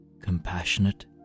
Compassionate